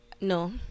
No